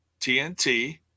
tnt